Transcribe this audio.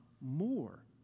more